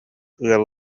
ыал